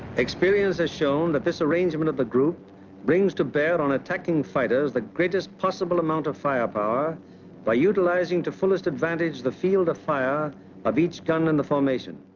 experience has shown that this arrangement of the group brings to bear on attacking fighters the greatest possible amount of firepower by utilizing to fullest advantage the field of fire of each gun in the formation.